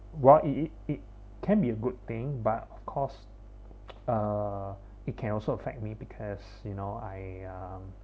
wha~ it it it can be a good thing but of course uh it can also affect me because you know I um